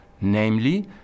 namely